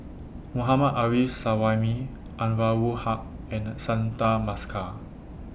Mohammad Arif Suhaimi Anwarul Ha and Santha Bhaskar